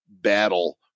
battle